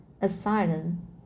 asylum